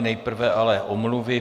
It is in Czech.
Nejprve ale omluvy.